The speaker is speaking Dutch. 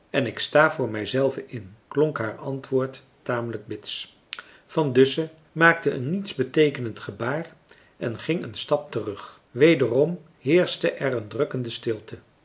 en ik sta voor mij zelve in klonk haar antwoord tamelijk bits van dussen maakte een nietsbeteekenend gebaar en ging een stap terug wederom heerschte er een drukkende stilte